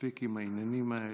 מספיק עם העניינים האלה.